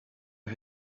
est